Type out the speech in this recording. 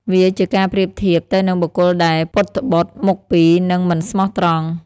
វាជាការប្រៀបធៀបទៅនឹងបុគ្គលដែល ពុតត្បុត មុខពីរ និង មិនស្មោះត្រង់។